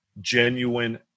genuine